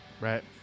Right